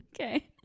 okay